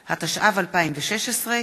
(תיקון, פטור מארנונה לסטודנט), התשע"ו 2016,